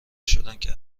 شدندکه